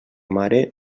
mare